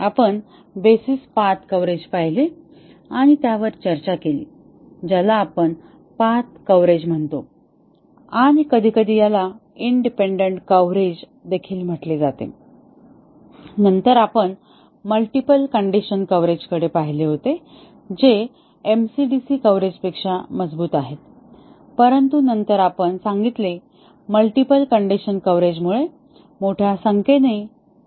आपण basis path coverage बघितले आणि त्यावर चर्चा केली ज्याला आपण पाथ कव्हरेज म्हणतो आणि कधीकधी याला इंडिपेंडंट कव्हरेज देखील म्हटले जाते आणि नंतर आपण मल्टिपल कंडीशन कव्हरेजकडे पाहिले होते जे एमसीडीसी कव्हरेजपेक्षा मजबूत आहे परंतु नंतर आपण सांगितले मल्टिपल कंडीशन कव्हरेजमुळे मोठ्या संख्येने टेस्ट केसेस होऊ शकतात